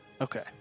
Okay